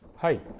hi,